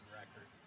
record